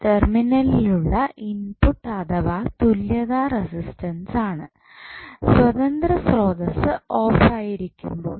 ടെർമിനലിൽ ഉള്ള ഇൻപുട്ട് അഥവാ തുല്യതാ റസിസ്റ്റൻസ് ആണ് സ്വതന്ത്ര സ്രോതസ്സ് ഓഫ് ആയിരിക്കുമ്പോൾ